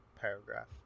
paragraph